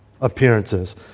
appearances